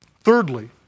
Thirdly